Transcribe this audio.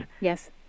Yes